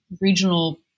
regional